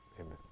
Amen